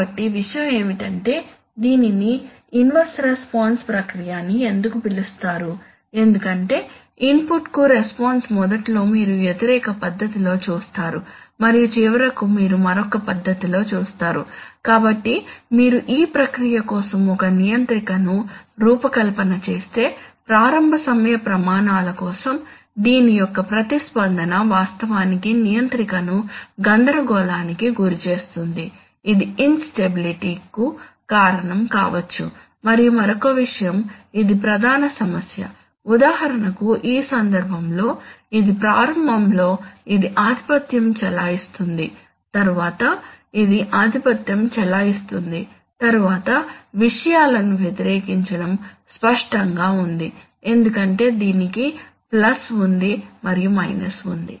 కాబట్టి విషయం ఏమిటంటే దీనిని ఇన్వర్స్ రెస్పాన్స్ ప్రక్రియ అని ఎందుకు పిలుస్తారు ఎందుకంటే ఇన్పుట్కు రెస్పాన్స్ మొదట్లో మీరు వ్యతిరేక పద్ధతిలో చూస్తారు మరియు చివరకు మీరు మరొక పద్ధతిలో చూస్తారు కాబట్టి మీరు ఈ ప్రక్రియ కోసం ఒక నియంత్రికను రూపకల్పన చేస్తే ప్రారంభ సమయ ప్రమాణాల కోసం దీని యొక్క ప్రతిస్పందన వాస్తవానికి నియంత్రికను గందరగోళానికి గురి చేస్తుంది ఇది ఇంస్టెబిలిటీ కు కారణం కావచ్చు మరియు మరొక విషయం ఇది ప్రధాన సమస్య ఉదాహరణకు ఈ సందర్భంలో ఇది ప్రారంభంలో ఇది ఆధిపత్యం చెలాయిస్తుంది తరువాత ఇది ఆధిపత్యం చెలాయిస్తుంది తరువాత విషయాలను వ్యతిరేకించడం స్పష్టంగా ఉంది ఎందుకంటే దీనికి ప్లస్ ఉంది మరియు మైనస్ ఉంది